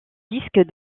disque